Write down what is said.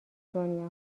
دنیا